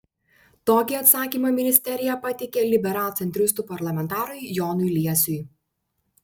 tokį atsakymą ministerija pateikė liberalcentristų parlamentarui jonui liesiui